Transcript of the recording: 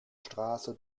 straße